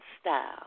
style